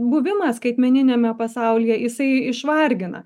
buvimas skaitmeniniame pasaulyje jisai išvargina